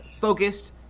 Focused